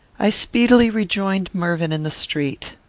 i speedily rejoined mervyn in the street.